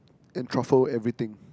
and truffle everything